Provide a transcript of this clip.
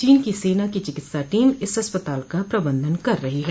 चीन की सेना की चिकित्सा टीम इस अस्पताल का प्रबंधन कर रही है